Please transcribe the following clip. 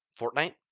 Fortnite